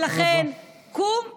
ולכן, קום ולך.